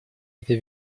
этой